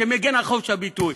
שמגן על חופש הביטוי,